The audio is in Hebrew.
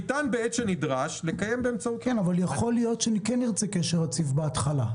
יכול להיות שנרצה קשר רציף בהתחלה,